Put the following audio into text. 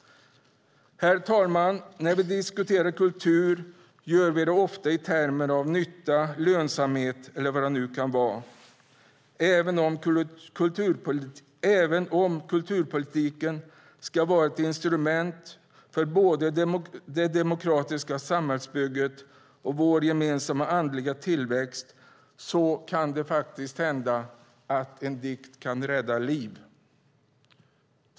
Herr talman! När vi diskuterar kultur gör vi det ofta i termer av nytta, lönsamhet eller vad det nu kan vara. Även om kulturpolitiken ska vara ett instrument för både det demokratiska samhällsbygget och vår gemensamma andliga tillväxt kan faktiskt en dikt rädda liv.